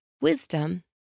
Wisdom